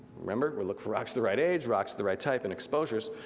remember we look for rocks the right age, rocks the right type and exposures.